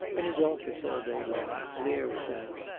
in his office all day long there was anna,